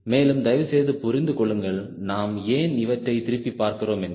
மேலும் தயவு செய்து புரிந்து கொள்ளுங்கள் நாம் ஏன் இவற்றை திருப்பி பார்க்கிறோம் என்று